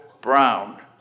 Brown